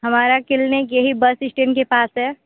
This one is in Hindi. हमारा क्लिनिक यही बस इस्टैंड के पास है